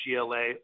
GLA